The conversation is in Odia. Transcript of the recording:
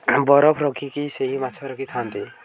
ବରଫ ରଖିକି ସେହି ମାଛ ରଖିଥାନ୍ତି